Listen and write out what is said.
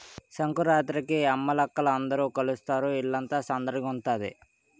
సంకురాత్రికి అమ్మలక్కల అందరూ కలుస్తారు ఇల్లంతా సందడిగుంతాది